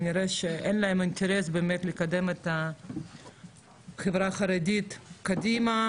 כנראה שאין להם אינטרס באמת לקדם את החברה החרדית קדימה